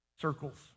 circles